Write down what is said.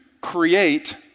create